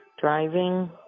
Driving